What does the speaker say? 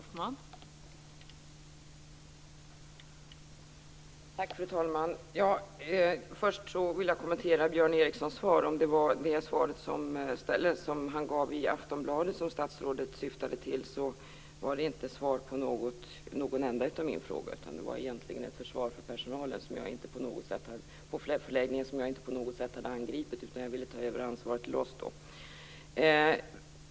Fru talman! Först vill jag kommentera Björn Erikssons svar. Om det var det svar som han gav i Aftonbladet som statsrådet syftade till var det inte svar på någon enda av mina frågor. Det var egentligen ett försvar för personalen på förläggningen, som jag inte på något sätt hade angripit. Jag ville ta över ansvaret till oss.